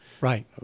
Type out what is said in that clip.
Right